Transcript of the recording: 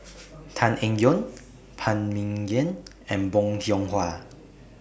Tan Eng Yoon Phan Ming Yen and Bong Hiong Hwa